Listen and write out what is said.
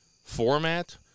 format